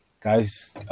Guys